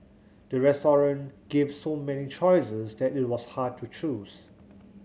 the restaurant gave so many choices that it was hard to choose